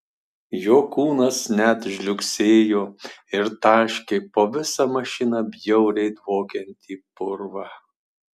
jo kūnas net žliugsėjo ir taškė po visą mašiną bjauriai dvokiantį purvą